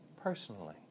personally